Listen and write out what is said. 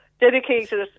dedicated